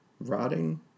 rotting